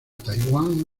taiwan